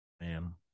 Man